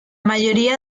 mayoría